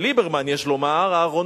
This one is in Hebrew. של ליברמן, יש לומר, אהרונוביץ,